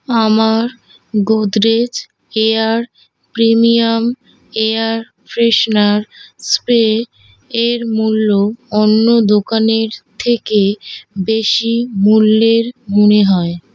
আমার Godrej air premium air freshener spray এর মূল্য অন্য দোকানের থেকে বেশি মূল্যের মনে হয়